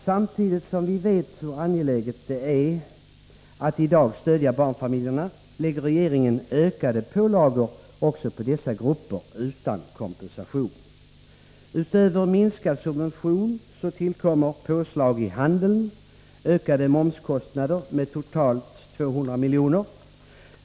Samtidigt som vi vet hur angeläget det är att i dag stödja barnfamiljerna lägger regeringen utan kompensation ökade pålagor också på dessa grupper. Utöver minskad subvention tillkommer påslag i handeln och ökade momskostnader med totalt 200 milj.kr.